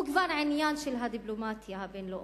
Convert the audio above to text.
הוא כבר עניין של הדיפלומטיה הבין-לאומית,